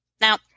Now